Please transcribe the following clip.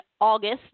August